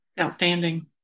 Outstanding